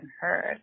heard